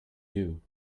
you